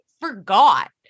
forgot